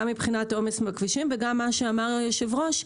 גם מבחינת העומס בכבישים וגם מה שאמר היושב-ראש,